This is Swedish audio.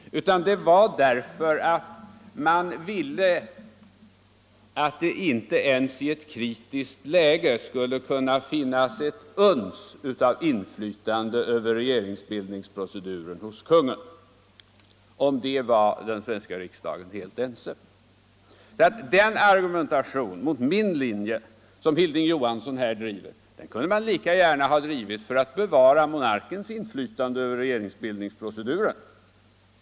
Orsaken var att vi ville att det inte ens i ett kritiskt läge skulle kunna finnas ett uns av inflytande över regeringsbildningsproceduren hos kungen. Om det var den svenska riksdagen helt ense. Den argumentation mot min linje som Hilding Johansson här driver kunde man lika gärna ha drivit för att bevara monarkens inflytande över regeringsbildningsproceduren.